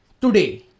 today